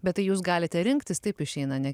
bet tai jūs galite rinktis taip išeina ne